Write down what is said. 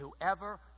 whoever